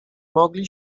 mogli